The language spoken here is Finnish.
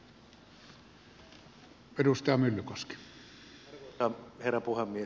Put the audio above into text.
arvoisa herra puhemies